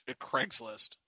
Craigslist